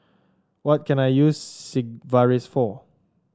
what can I use Sigvaris for